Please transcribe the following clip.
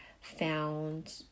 found